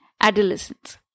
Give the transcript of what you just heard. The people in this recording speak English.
adolescence